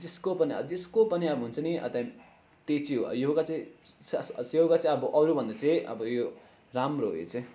जसको पनि अब जसको पनि अब हुन्छ नि त्यहाँदेखि चाहिँ चाहिँ हो योगा चाहिँ योगा चाहिँ अब अरू भन्दा चाहिँ अब यो राम्रो हो यो चैँ